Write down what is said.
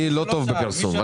אני לא טוב בפרסום.